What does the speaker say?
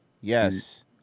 Yes